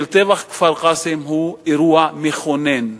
של טבח כפר-קאסם, הוא אירוע מכונן בכפר-קאסם,